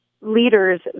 leaders